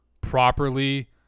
properly